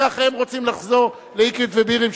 ככה הם רוצים לחזור לאקרית ובירעם,